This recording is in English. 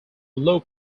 low